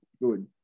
good